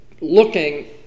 looking